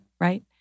right